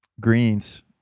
greens